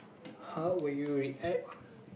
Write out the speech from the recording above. how would you react